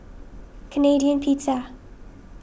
Canadian Pizza